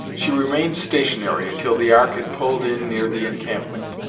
she remained stationary until the ark had pulled in near the encampment,